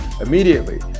immediately